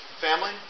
family